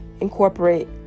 incorporate